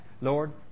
Lord